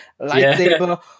Lightsaber